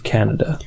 Canada